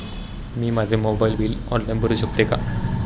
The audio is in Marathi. मी माझे मोबाइल बिल ऑनलाइन भरू शकते का?